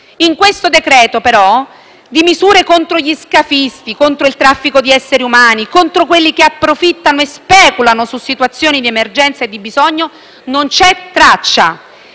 In questo decreto-legge però di misure contro gli scafisti, contro il traffico di esseri umani, contro quelli che approfittano e speculano su situazioni di emergenza e di bisogno, non c'è traccia.